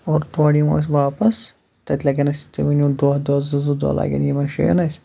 اورٕ تورٕ یِمو أسۍ واپَس تَتہِ لگن اَسہِ تُہۍ ؤنو دۄہ دۄہ زٕ زٕ دۄہ لگن یمن جایَن اَسہِ